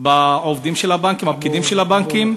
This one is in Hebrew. בעובדים של הבנקים, הפקידים של הבנקים.